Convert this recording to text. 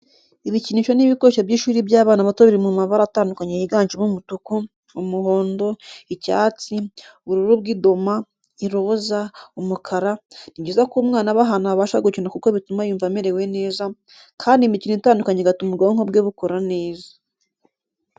Ibikinisho n'ibikoresho by'ishuri by'abana bato biri mu mabara atandukanye yiganjemo umutuku, umuhondo, icyatsi, ubururu bw'idoma, iroza, umukara, Ni byiza ko umwana aba ahantu abasha gukina kuko bituma yumva amerewe neza kandi imikino itandukanye igatuma ubwonko bwe bukora neza.